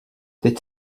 teď